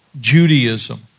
Judaism